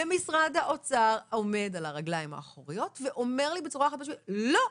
ומשרד האוצר עומד על הרגליים האחוריות ואומר לי בצורה חד משמעית: לא,